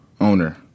owner